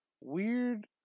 Weird